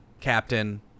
Captain